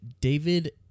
David